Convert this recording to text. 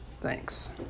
Thanks